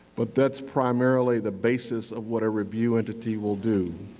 but that's primarily the basis of what a review entity will do.